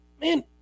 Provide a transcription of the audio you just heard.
Man